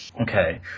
okay